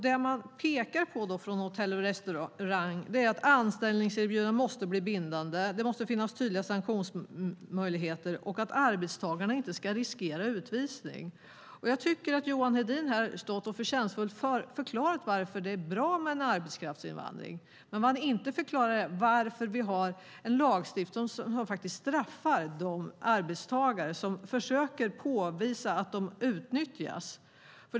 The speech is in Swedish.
Det man pekar på från Hotell och Restaurangfacket är att anställningserbjudanden måste bli bindande, att det måste finnas tydliga sanktionsmöjligheter och att arbetstagarna inte ska riskera utvisning. Johan Hedin har här förtjänstfullt stått och förklarat varför det är bra med en arbetskraftsinvandring. Men vad han inte förklarade är varför vi har en lagstiftning som straffar de arbetstagare som försöker påvisa att de utnyttjas.